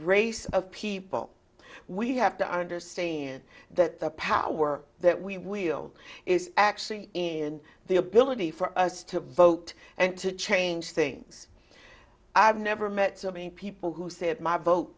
race of people we have to understand that the power that we wield is actually in the ability for us to vote and to change things i've never met so many people who say that my vote